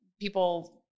people